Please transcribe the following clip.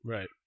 Right